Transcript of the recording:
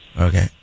Okay